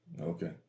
Okay